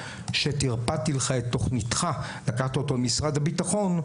שטרפדתי לך את תוכניתך לקחת אותו למשרד הביטחון,